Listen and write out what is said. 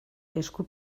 esku